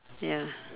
ya